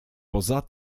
poza